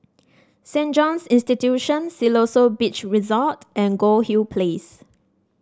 Saint Joseph's Institution Siloso Beach Resort and Goldhill Place